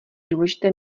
důležité